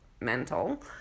mental